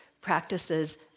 practices